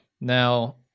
Now